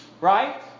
Right